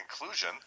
inclusion